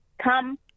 come